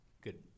good